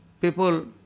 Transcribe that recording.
People